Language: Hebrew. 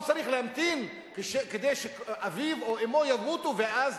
הוא צריך להמתין שאביו או אמו ימותו ואז